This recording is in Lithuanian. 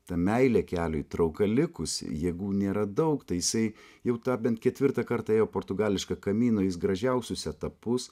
ta meilė keliui trauka likusi jėgų nėra daug tai jisai jau tą bent ketvirtą kartą ėjo portugališką kaminą jis gražiausius etapus